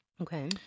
okay